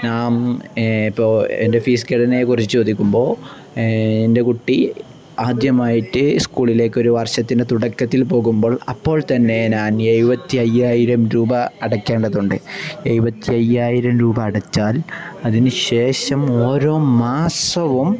നാം ഇപ്പോൾ എൻ്റെ ഫീസ് ഘടനയെക്കുറിച്ചു ചോദിക്കുമ്പോൾ എൻ്റെ കുട്ടി ആദ്യമായിട്ട് സ്കൂളിലേക്ക് ഒരു വർഷത്തിൻ്റെ തുടക്കത്തിൽ പോകുമ്പോൾ അപ്പോൾ തന്നെ ഞാൻ എഴുപത്തി അയ്യായിരം രൂപ അടയ്ക്കേണ്ടതുണ്ട് എഴുപത്തി അയ്യായിരം രൂപ അടച്ചാൽ അതിന് ശേഷം ഓരോ മാസവും